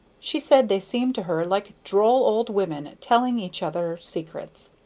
she said they seemed to her like droll old women telling each other secrets.